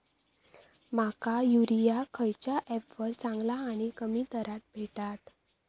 माका युरिया खयच्या ऍपवर चांगला आणि कमी दरात भेटात?